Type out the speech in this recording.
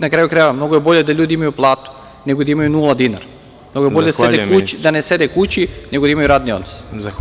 Na kraju krajeva, mnogo je bolje da ljudi imaju platu, nego da imaju nula dinara, da ne sede kući nego da imaju radni odnos.